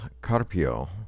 Carpio